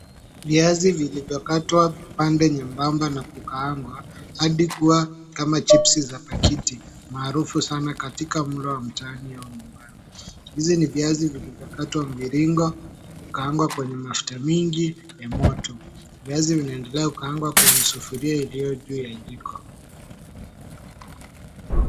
Viazi vilivyokatwa pande nyembamba na kukaangwa hadi kukuwa kama (cs) chipsi (cs) za pakiti maarufu sana kama mlo wa mtaani au nyumbani. Hivyo ni viazi vilivyokatwa mviringo, kukaangwa kwenye mafuta mingi ya moto. Viazi vianendelea kukaangwa kwenye sufuria iliyo ndani ya jiko.